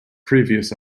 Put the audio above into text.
previous